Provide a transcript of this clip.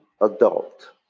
adult